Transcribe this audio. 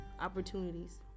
opportunities